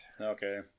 Okay